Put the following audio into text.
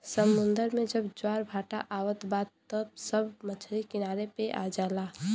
समुंदर में जब ज्वार भाटा आवत बा त सब मछरी किनारे पे आ जाला